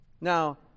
Now